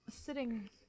sitting